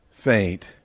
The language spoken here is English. faint